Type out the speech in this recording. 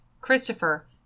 Christopher